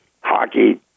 hockey